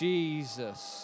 Jesus